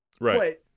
Right